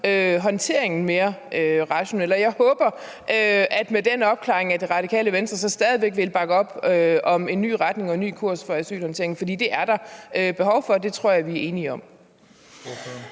håndteringen mere rationel. Jeg håber, at Det Radikale Venstre med den opklaring stadig væk vil bakke op om en ny retning og en ny kurs for asylhåndteringen, for det er der behov for, og det tror jeg vi er enige om.